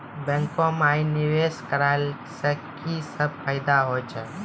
बैंको माई निवेश कराला से की सब फ़ायदा हो छै?